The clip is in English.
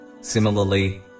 Similarly